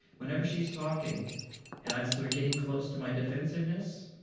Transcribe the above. whenever she's talking and i'm sort of getting close to my defensiveness,